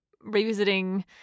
revisiting